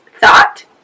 thought